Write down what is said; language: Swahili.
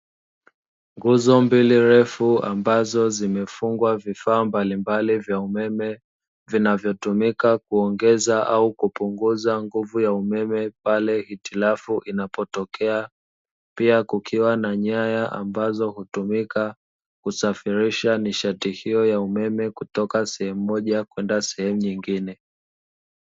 Nguzo mbili ndefu ambazo zimefungwa vifaa mbalimbali vya umeme vinavyotumika kuongeza au kupunguza nguvu ya umeme pale hitilafu inapotokea; pia kukiwa na nyaya ambazo hutumika kusafirisha nishati hiyo ya umeme kutoka sehemu moja kwenda sehemu nyingine.